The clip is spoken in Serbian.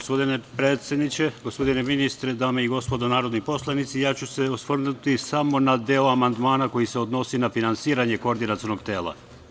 Gospodine predsedniče, gospodine ministre, dame i gospodo narodni poslanici, ja ću se osvrnuti samo na deo amandmana koji se odnosi na finansiranje Koordinacionog tela.